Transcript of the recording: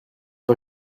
pas